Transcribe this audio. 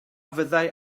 fyddai